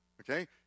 Okay